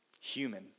human